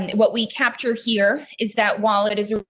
and what we capture here is that while it is a.